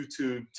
youtube